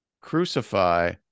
crucify